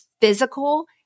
physical